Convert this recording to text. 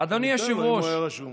היושב-ראש,